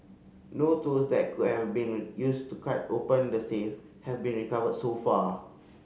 no tools that could have been used to cut open the safe have been recovered so far